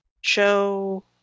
Show